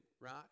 right